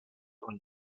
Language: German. und